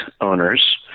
owners